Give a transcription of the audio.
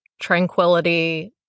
tranquility